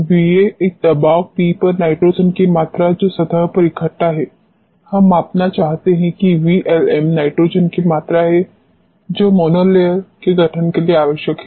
Va एक दबाव P पर नाइट्रोजन की मात्रा जो सतह पर इकठ्ठा है हम मापना चाहते हैं कि VLm नाइट्रोजन की मात्रा है जो मोनोलेयर के गठन के लिए आवश्यक है